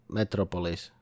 metropolis